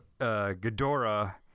Ghidorah